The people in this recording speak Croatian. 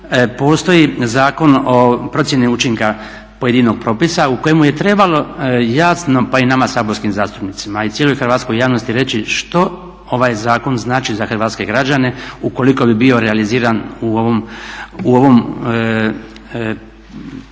postoji Zakon o procjeni učinka pojedinog propisa u kojemu je trebalo jasno pa i nama saborskim zastupnicima i cijeloj hrvatskoj javnosti reći što ovaj zakon znači za hrvatske građane ukoliko bi bio realiziran u ovom nacrtu